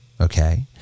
okay